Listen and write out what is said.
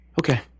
okay